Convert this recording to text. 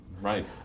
Right